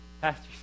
Pastor